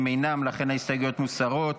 הם אינם, ולכן ההסתייגויות מוסרות.